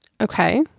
Okay